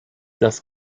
das